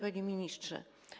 Panie Ministrze!